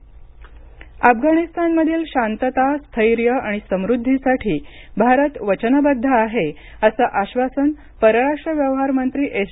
जयशंकर अफगाणिस्तानमधील शांतता स्थैर्य आणि समृद्धीसाठी भारत वनचबद्ध आहे असं आश्वासन परराष्ट्र व्यवहार मंत्री एस